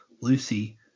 Lucy